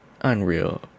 unreal